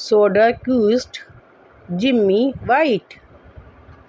soda quest jimmy white